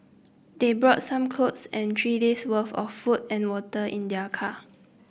they brought some clothes and three days'worth of food and water in their car